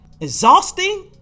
Exhausting